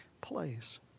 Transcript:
place